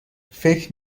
فکر